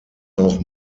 auch